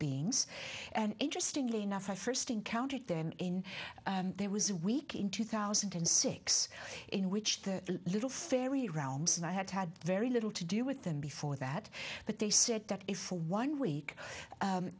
beings and interesting enough i first encountered them in there was a week in two thousand and six in which the little fairy realms and i had had very little to do with them before that but they said that if for one week